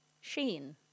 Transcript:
Sheen